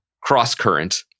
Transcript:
cross-current